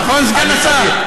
נכון, סגן השר?